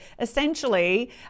essentially